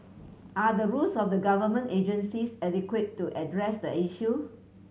are the rules of the government agencies adequate to address the issue